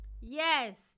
Yes